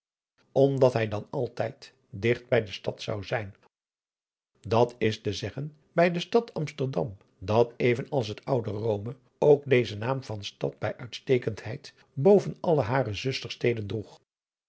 omdat hij dan altijd digt bij de stad zou zijn dat is te zeggen bij de stad amsterdam dat even als het oude rome ook den naam van stad bij uitstekendheid boven alle hare zuster steden droeg